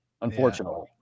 unfortunately